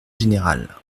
général